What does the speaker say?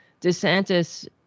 DeSantis